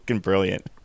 brilliant